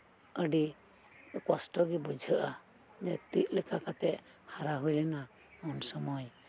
ᱟᱹᱰᱤ ᱠᱚᱥᱴᱚᱜᱤ ᱵᱩᱡᱷᱟᱹᱜ ᱟ ᱡᱮ ᱪᱮᱫᱞᱮᱠᱟ ᱠᱟᱛᱮᱜ ᱦᱟᱨᱟ ᱦᱩᱭᱞᱮᱱᱟ ᱩᱱᱥᱩᱢᱟᱹᱭ